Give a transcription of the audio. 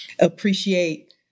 appreciate